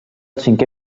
cinquè